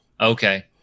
Okay